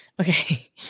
okay